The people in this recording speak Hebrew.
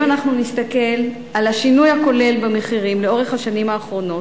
אם אנחנו נסתכל על השינוי הכולל במחירים לאורך השנים האחרונות,